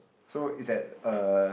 so it's at uh